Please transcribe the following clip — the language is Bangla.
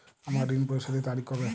আমার ঋণ পরিশোধের তারিখ কবে?